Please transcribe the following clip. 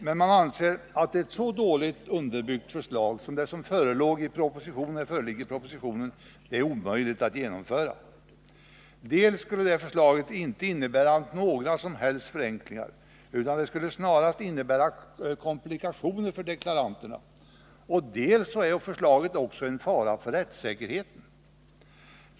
Men man anser att ett så dåligt underbyggt förslag som det som föreligger i propositionen är omöjligt att genomföra. Dels skulle detta förslag inte innebära några som helst förenklingar utan snarast innebära komplikationer för deklaranterna, dels är förslaget en fara för rättssäkerheten.